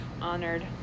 honored